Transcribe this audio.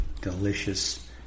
delicious